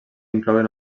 inclouen